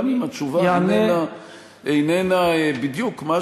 כי נדמה לי שאני עונה בדיוק לגוף העניין,